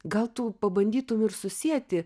gal tu pabandytum ir susieti